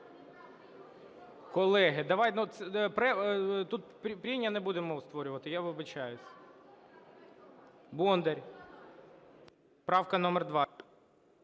Колеги, ну, тут прения не будемо створювати, я вибачаюсь. Бондар, правка номер 20.